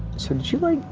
so did you like,